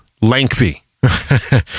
lengthy